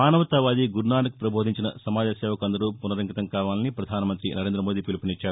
మానవతావాది గురునానక్ ప్రబోధించిన సమాజనేవకు అందరూ పునరంకితం కావాలని ప్రధానమంత్రి నరేంద్రమోదీ పిలుపునిచ్చారు